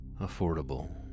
Affordable